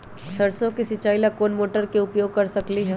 सरसों के सिचाई ला कोंन मोटर के उपयोग कर सकली ह?